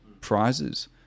prizes